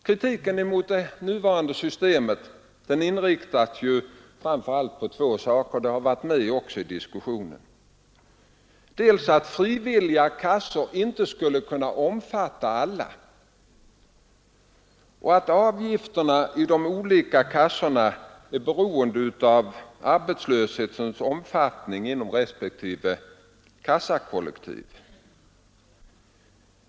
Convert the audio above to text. Kritiken mot det nuvarande systemet inriktas framför allt på två saker som också kommit fram i debatten här i dag. Det gäller dels att frivilliga kassor inte skulle kunna omfatta alla och dels att avgifterna i de olika kassorna är beroende av arbetslöshetens omfattning inom respektive kassakollektiv.